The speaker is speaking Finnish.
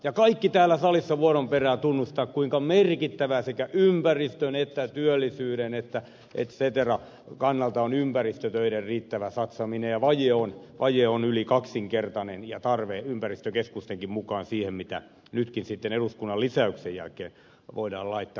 ja kaikki täällä salissa vuoron perään tunnustavat kuinka merkittävää sekä ympäristön että työllisyyden että et cetera kannalta on riittävä satsaaminen ympäristötöihin ja vaje ja tarve on yli kaksinkertainen ympäristökeskustenkin mukaan siihen nähden mitä nytkin eduskunnan lisäyksen jälkeen voidaan laittaa